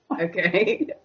Okay